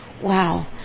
Wow